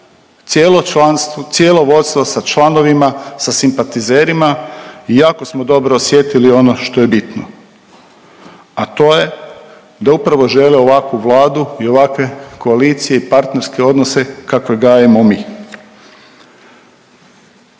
cijelo vodstvo sa članovima, sa simpatizerima i jako smo dobro osjetili ono što je bitno, a to je da upravo žele ovakvu Vladu i ovakve koalicije i partnerske odnose kakve gajimo mi